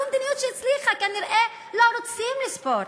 זו מדיניות שהצליחה וכנראה לא רוצים לספור,